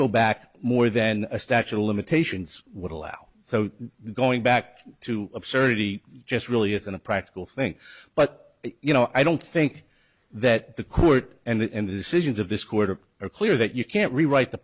go back more than a statue of limitations would allow so going back to absurdity just really isn't a practical thing but you know i don't think that the court and the decisions of this quarter are clear that you can't rewrite the